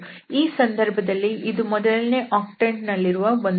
ಈ ಸಂದರ್ಭದಲ್ಲಿ ಇದು ಮೊದಲನೇ ಆಕ್ಟಂಟ್ ನಲ್ಲಿರುವ ಒಂದು ಘನ